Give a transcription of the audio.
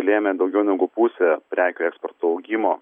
lėmė daugiau negu pusė prekių eksporto augimo